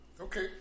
Okay